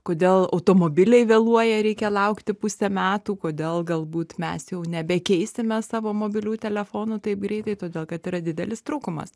kodėl automobiliai vėluoja reikia laukti pusę metų kodėl galbūt mes jau nebekeisime savo mobiliųjų telefonų taip greitai todėl kad yra didelis trūkumas